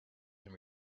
and